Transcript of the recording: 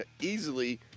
easily